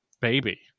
baby